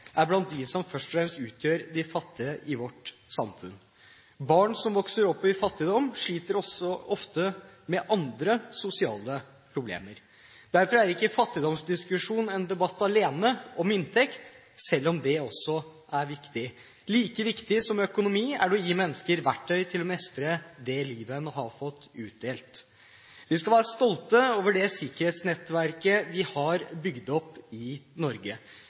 er blant dem som først og fremst utgjør de fattige i vårt samfunn. Barn som vokser opp i fattigdom, sliter også ofte med andre sosiale problemer. Derfor er ikke fattigdomsdiskusjonen en debatt alene om inntekt, selv om det også er viktig. Like viktig som økonomi er det å gi mennesker verktøy til å mestre det livet en har fått utdelt. Vi skal være stolte over det sikkerhetsnettverket vi har bygd opp i Norge.